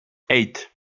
eight